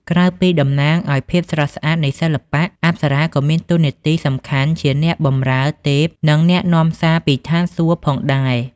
ក្រៅពីតំណាងឲ្យភាពស្រស់ស្អាតនៃសិល្បៈ អប្សរាក៏មានតួនាទីសំខាន់ជា អ្នកបម្រើទេព និង អ្នកនាំសារពីស្ថានសួគ៌ ផងដែរ។